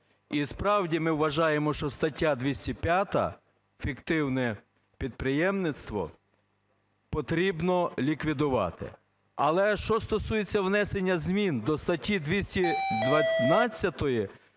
І. справді, ми вважаємо, що статтю 205 "Фіктивне підприємництво" потрібно ліквідувати. Але, що стосується внесення змін до статті 212